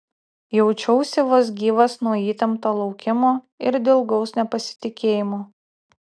jaučiausi vos gyvas nuo įtempto laukimo ir dilgaus nepasitikėjimo